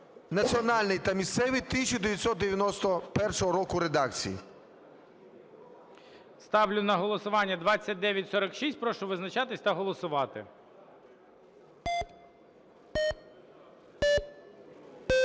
національний та місцеві, 1991 року редакції. ГОЛОВУЮЧИЙ. Ставлю на голосування 2946. Прошу визначатись та голосувати.